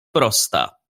prosta